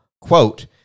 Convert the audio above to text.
quote